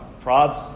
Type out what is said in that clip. prods